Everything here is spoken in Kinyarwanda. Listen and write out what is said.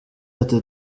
ati